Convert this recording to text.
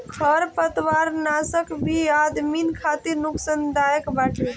खरपतवारनाशक भी आदमिन खातिर नुकसानदायक बाटे